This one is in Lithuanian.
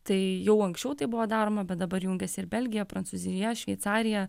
tai jau anksčiau tai buvo daroma bet dabar jungiasi ir belgija prancūzija šveicarija